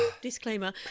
Disclaimer